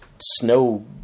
snow